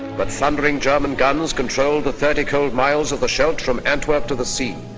but thundering german guns controlled the thirty cold miles of the scheldt from antwerp to the sea.